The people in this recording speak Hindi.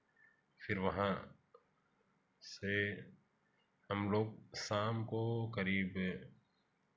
फिर वहाँ से हम लोग शाम को करीब